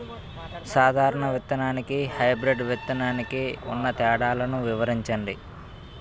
సాధారణ విత్తననికి, హైబ్రిడ్ విత్తనానికి ఉన్న తేడాలను వివరించండి?